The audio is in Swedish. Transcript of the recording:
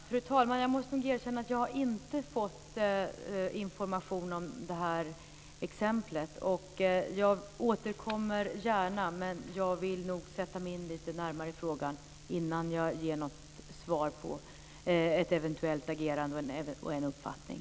Fru talman! Jag måste erkänna att jag inte har fått information om detta exempel. Jag återkommer gärna, men jag vill nog sätta mig in i frågan lite närmare innan jag ger något svar på frågan om ett eventuellt agerande och en uppfattning.